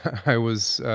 i was